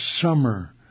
summer